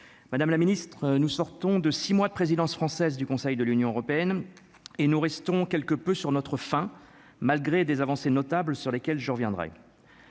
madame la Ministre, nous sortons de 6 mois de présidence française du Conseil de l'Union Européenne et nous restons quelque peu sur notre faim, malgré des avancées notables sur lesquelles je reviendrai